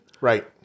Right